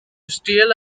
steal